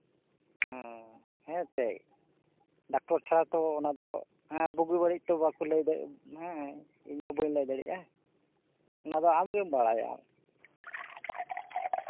ᱦᱩᱸ ᱦᱮᱸ ᱮᱱᱛᱮᱪ ᱰᱟᱠᱛᱚᱨ ᱪᱷᱟᱲᱟ ᱛᱚ ᱚᱱᱟ ᱫᱚ ᱵᱩᱜᱤ ᱵᱟᱹᱲᱤᱡ ᱛᱚ ᱵᱟᱠᱚ ᱞᱟᱹᱭ ᱫᱟᱲᱮᱭᱟᱜᱼᱟ ᱦᱮᱸ ᱤᱧ ᱦᱚᱸ ᱵᱟᱹᱧ ᱞᱟᱹᱭ ᱫᱟᱲᱮᱭᱟᱜᱼᱟ ᱚᱱᱟ ᱫᱚ ᱟᱢ ᱜᱮᱢ ᱵᱟᱲᱟᱭᱟ